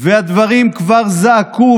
והדברים כבר זעקו.